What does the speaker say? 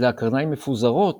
אלא הקרניים מפוזרות